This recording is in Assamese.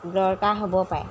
দৰকাৰ হ'ব পাৰে